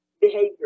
behavior